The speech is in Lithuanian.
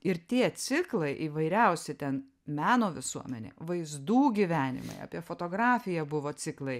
ir tie ciklai įvairiausi ten meno visuomenė vaizdų gyvenimai apie fotografiją buvo ciklai